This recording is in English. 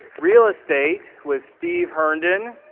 real estate with steve herndon.